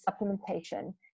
supplementation